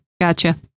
gotcha